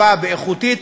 טובה ואיכותית,